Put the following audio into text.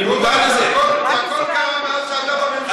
יובל, זה הכול קרה מאז שאתה בממשלה.